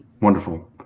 Wonderful